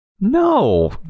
No